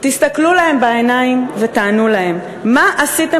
תסתכלו להם בעיניים ותענו להם: מה עשיתם